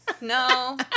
no